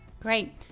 Great